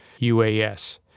UAS